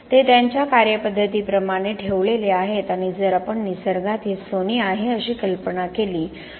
ते त्यांच्या कार्यपद्धती प्रमाणे ठेवलेले आहेत आणि जर आपण निसर्गात हे सोने आहे अशी कल्पना केली तर